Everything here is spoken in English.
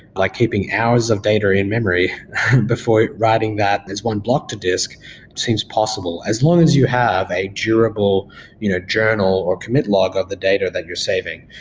like keeping hours of data in-memory before writing that as one block to disk seems possible as long as you have a durable you know journal or commit log of the data that you're saving.